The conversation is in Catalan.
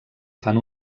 fan